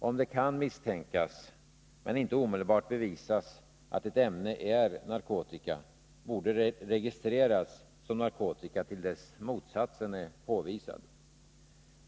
Om det kan misstänkas — men inte omedelbart bevisas — att ett ämne är narkotika, borde det registreras som narkotika till dess motsatsen är påvisad.